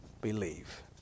believe